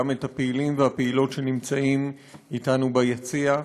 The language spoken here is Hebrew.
וגם את הפעילים והפעילות שנמצאים אתנו ביציע.